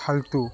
ফাল্টু